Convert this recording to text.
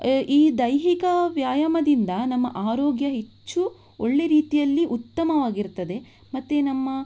ಈ ದೈಹಿಕ ವ್ಯಾಯಾಮದಿಂದ ನಮ್ಮ ಆರೋಗ್ಯ ಹೆಚ್ಚು ಒಳ್ಳೆಯ ರೀತಿಯಲ್ಲಿ ಉತ್ತಮವಾಗಿರ್ತದೆ ಮತ್ತು ನಮ್ಮ